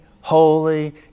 holy